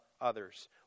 others